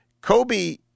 Kobe